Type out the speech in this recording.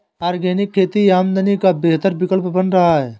organic खेती आमदनी का बेहतर विकल्प बन रहा है